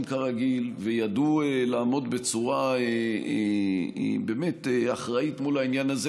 כרגיל" וידעו לעמוד בצורה באמת אחראית מול העניין הזה,